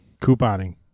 couponing